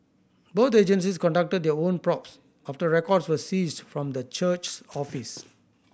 both agencies conducted their own probes after records were seized from the church's office